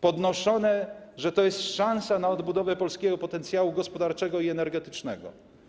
Podnoszono, że to jest szansa na odbudowę polskiego potencjału gospodarczego i energetycznego.